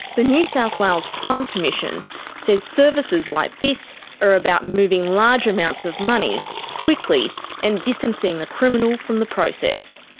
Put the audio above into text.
the new south wales crime commission says services like this are about moving large amounts of money quickly, and distancing the criminal from the process.